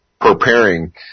preparing